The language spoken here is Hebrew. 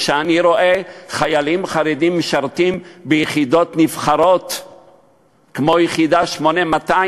כשאני רואה חיילים חרדים משרתים ביחידות נבחרות כמו יחידה 8200,